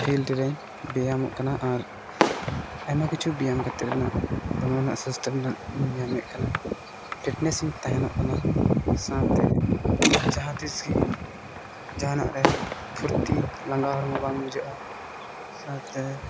field ᱨᱮᱧ ᱵᱮᱭᱟᱢᱚᱜ ᱠᱟᱱᱟ ᱟᱨ ᱟᱭᱢᱟ ᱠᱤᱪᱷᱩ ᱵᱮᱭᱟᱢ ᱠᱟᱛᱮᱫ ᱨᱮᱱᱟᱜ ᱚᱱᱟ ᱨᱮᱱᱟᱜ ᱥᱤᱥᱴᱮᱢ ᱨᱮ ᱤᱧ ᱧᱟᱢᱮᱫ ᱠᱟᱱᱟ ᱯᱷᱤᱴᱱᱮᱥᱤᱧ ᱛᱟᱦᱮᱱᱚᱜ ᱠᱟᱱᱟ ᱥᱟᱶᱛᱮ ᱡᱟᱦᱟᱸ ᱛᱤᱥ ᱜᱮ ᱡᱟᱦᱟᱱᱟᱜ ᱨᱮ ᱯᱷᱩᱨᱛᱤ ᱞᱟᱸᱜᱟ ᱦᱚᱲᱢᱚ ᱵᱟᱝ ᱵᱩᱡᱷᱟᱹᱜᱼᱟ ᱥᱟᱶᱛᱮ